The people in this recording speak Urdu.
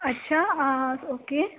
اچھا اوکے